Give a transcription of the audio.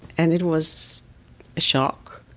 and it was a shock.